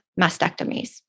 mastectomies